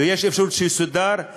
ויש אפשרות שיסודר,